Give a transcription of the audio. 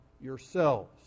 yourselves